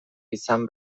izan